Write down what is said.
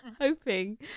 Hoping